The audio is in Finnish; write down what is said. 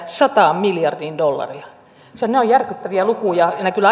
sata miljardia dollaria nämä ovat järkyttäviä lukuja ja ne kyllä